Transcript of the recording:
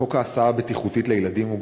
חוק הסעה בטיחותית לילדים ולפעוטות עם